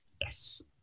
Yes